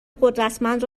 قدرتمند